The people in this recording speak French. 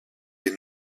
des